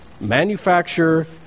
Manufacture